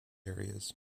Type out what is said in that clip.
areas